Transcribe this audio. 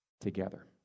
together